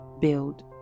build